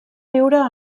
viure